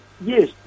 yes